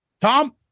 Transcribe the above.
Tom